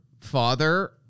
father